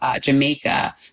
Jamaica